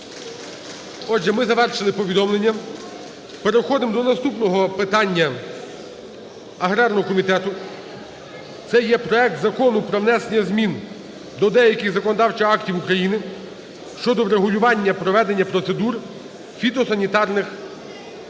Отже, ми завершили повідомлення. Переходимо до наступного питання аграрного комітету – це є проект Закону про внесення змін до деяких законодавчих актів України щодо врегулювання проведення процедур… фітосанітарних процедур